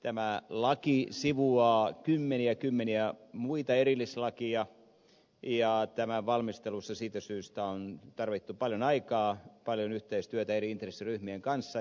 tämä laki sivuaa kymmeniä kymmeniä muita erillislakeja ja tämän valmistelussa siitä syystä on tarvittu paljon aikaa paljon yhteistyötä eri intressiryhmien kanssa